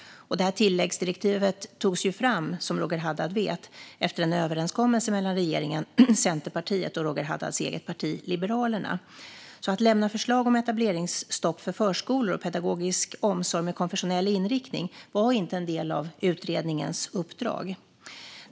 Det tilläggsdirektivet togs fram, som Roger Haddad vet, efter en överenskommelse mellan regeringen, Centerpartiet och Roger Haddads eget parti Liberalerna. Att lämna förslag om etableringsstopp för förskolor och pedagogisk omsorg med konfessionell inriktning var inte en del av utredningens uppdrag.